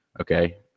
okay